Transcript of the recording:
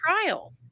trial